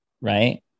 right